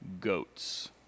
goats